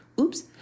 oops